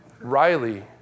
Riley